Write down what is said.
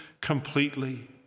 Completely